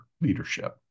leadership